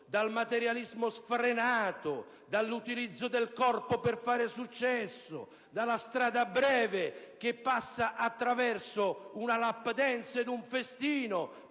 dal materialismo sfrenato, dall'utilizzo del corpo per fare successo, dalla strada breve che passa attraverso una *lap dance* ed un festino